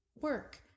work